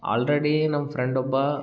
already ನಮ್ಮ friend ಒಬ್ಬ